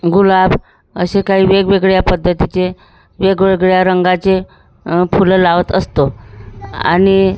गुलाब असे काही वेगवेगळ्या पद्धतीचे वेगवेगळ्या रंगाचे फुलं लावत असतो आणि